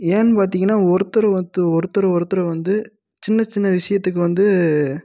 ஏன் பார்த்தீங்கன்னா ஒருத்தரை வாத்து ஒருத்தர் ஒருத்தரை வந்து சின்ன சின்ன விஷயத்துக்கு வந்து